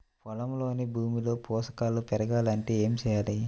పొలంలోని భూమిలో పోషకాలు పెరగాలి అంటే ఏం చేయాలి?